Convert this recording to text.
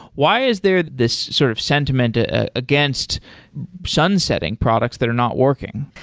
why is there this sort of sentiment ah against sun-setting products that are not working?